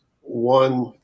one